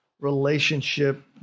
relationship